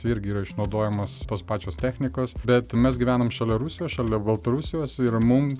tai irgi yra išnaudojamos tos pačios technikos bet mes gyvenam šalia rusijos šalia baltarusijos ir mum